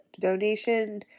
donation